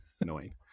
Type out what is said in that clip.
annoying